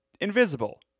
invisible